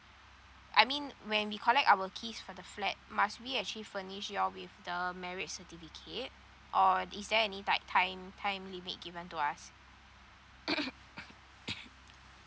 I mean when we collect our keys for the flat must we actually furnish you all with the marriage certificate or is there any like tying~ time limit given to us